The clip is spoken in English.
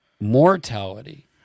mortality